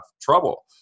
trouble